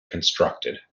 constructed